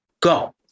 go